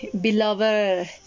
beloved